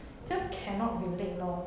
just cannot relate lor